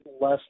less